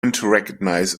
recognize